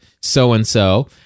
so-and-so